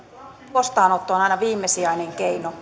aina viimesijainen keino